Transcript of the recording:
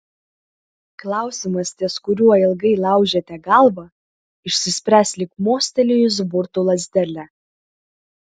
klausimas ties kuriuo ilgai laužėte galvą išsispręs lyg mostelėjus burtų lazdele